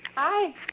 Hi